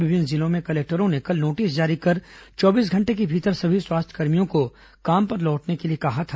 विभिन्न जिलों में कलेक्टरों ने कल नोटिस जारी कर चौबीस घंटे के भीतर सभी स्वास्थ्यकर्मियों को काम पर लौटने के लिए कहा था